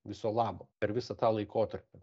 viso labo per visą tą laikotarpį